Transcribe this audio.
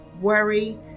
worry